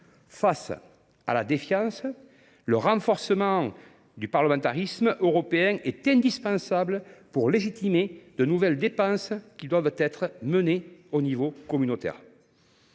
face à la défiance, le renforcement du parlementarisme européen est indispensable pour légitimer de nouvelles dépenses qui doivent être menées au niveau communautaire.